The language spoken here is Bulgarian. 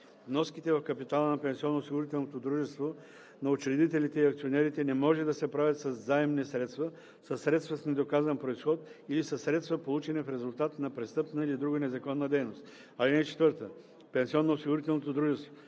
Вноските в капитала на пенсионноосигурителното дружество на учредителите и акционерите не може да се правят със заемни средства, със средства с недоказан произход или със средства, получени в резултат на престъпна или друга незаконна дейност. (4) Пенсионноосигурителното дружество